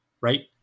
right